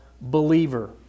believer